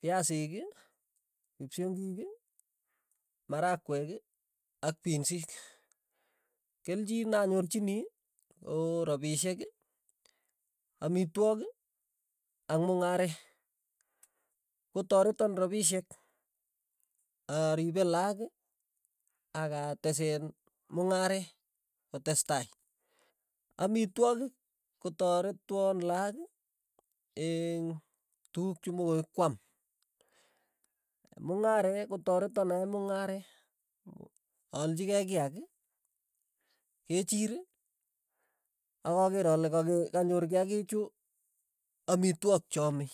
piasik, kipsongik, marakwek ak pinsik, kelchin nanyorchini ko rapishek, amitwogik ak mung'aree, kotoreton rapishek aripe lakok akatesen mong'aree kotestai, amitwogik kotaretwon laak eng' tukuk che mokoi kwaam, mong'aree kotareton ayai mung'aree, aalchikei kiak, kechiir, akakeer ale kake kanyoor kiakiik chu amitwok cheame.